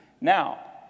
Now